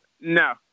No